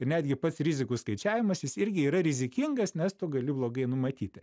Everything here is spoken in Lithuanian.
netgi pats rizikų skaičiavimas jis irgi yra rizikingas nes tu gali blogai numatyti